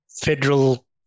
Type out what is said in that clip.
federal